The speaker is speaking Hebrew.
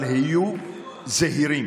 אבל היו זהירים